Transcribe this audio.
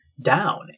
down